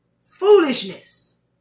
foolishness